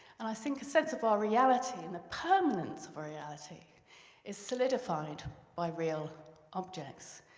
and i think a sense of our reality and the permanence of our reality is solidified by real objects.